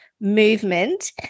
movement